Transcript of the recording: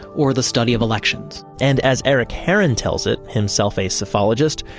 or the study of elections and as eric heron tells it, himself a psephologist,